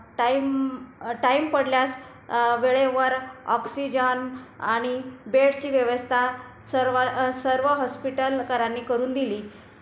time अ time पडल्यास वेळेवर ऑक्सिजन आणि बेडची व्यवस्था सर्वा अ सर्व हॉस्पिटलकरांनी करून दिली